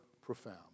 profound